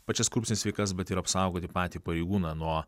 pačias korupcines veikas bet ir apsaugoti patį pareigūną nuo